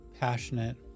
passionate